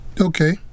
Okay